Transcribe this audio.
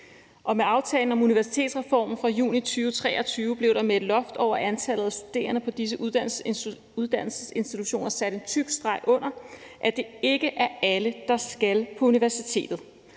Og med aftalen om universitetsreformen fra juni 2023 blev der med et loft over antallet af studerende på disse uddannelsesinstitutioner sat en tyk streg under, at det ikke er alle, der skal på universitetet